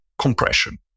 compression